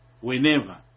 Whenever